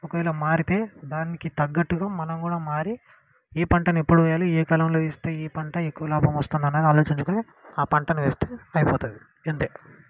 ఒకవేళ మారితే దానికి తగ్గట్టుగా మనం కూడా మారి ఏ పంటను ఎప్పుడు వేయాలి ఏ కాలంలో వేస్తే ఏ పంట ఎక్కువ లాభం వస్తుంది అనేది ఆలోచించుకొని ఆ పంటను వేస్తే అయిపోతుంది అంతే